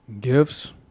Gifts